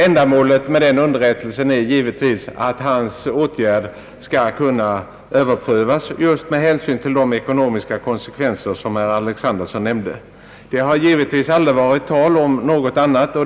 Ändamålet med denna bestämmelse är givetvis att polismannens åtgärd skall kunna överprövas just med hänsyn till de ekonomiska konsekvenser som herr Alexanderson nämnde. Det har givetvis aldrig varit tal om något annat än att motsvarande bestämmelser skulle gälla för tullen.